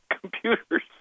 computers